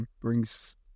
brings